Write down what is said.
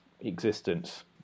existence